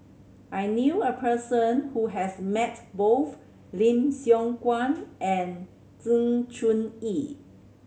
I knew a person who has met both Lim Siong Guan and Sng Choon Yee